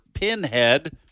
Pinhead